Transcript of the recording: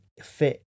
fit